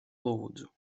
lūdzu